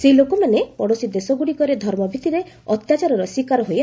ସେହି ଲୋକମାନେ ପଡ଼ୋଶୀ ଦେଶଗୁଡ଼ିକରେ ଧର୍ମ ଭିତ୍ତିରେ ଅତ୍ୟାଚାରର ଶିକାର ହୋଇ ଆସ୍ତ୍ରଥିଲେ